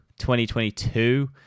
2022